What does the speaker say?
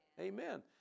Amen